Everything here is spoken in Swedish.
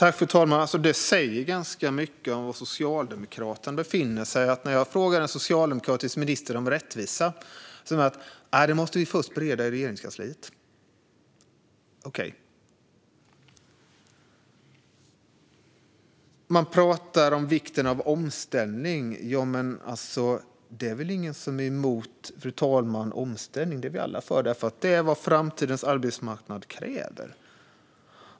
Fru talman! Det säger ganska mycket om var Socialdemokraterna befinner sig att en socialdemokratisk minister, när jag frågar om rättvisa, säger att man först måste bereda detta i Regeringskansliet. Okej. Man pratar om vikten av omställning. Det är väl ingen som är emot omställning, fru talman, för det är vad framtidens arbetsmarknad kräver.